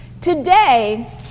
Today